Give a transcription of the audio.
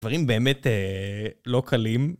דברים באמת לא קלים.